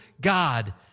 God